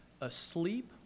asleep